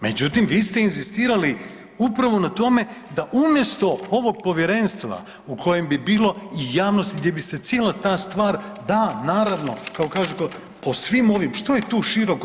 Međutim, vi ste inzistirali upravo na tome da umjesto ovog povjerenstva u kojem bi bilo i javnost gdje bi se cijela ta stvar, da naravno kako kaže po svim ovim, što je tu široko?